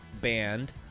band